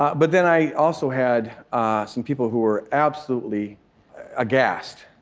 but then i also had ah some people who were absolutely aghast.